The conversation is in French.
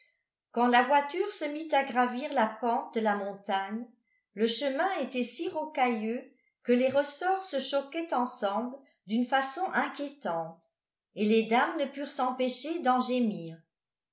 quand la voiture se mit à gravir la pente de la montagne le chemin était si rocailleux que les ressorts se choquaient ensemble d'une façon inquiétante et les dames ne purent s'empêcher d'en gémir